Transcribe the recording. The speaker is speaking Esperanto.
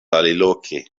aliloke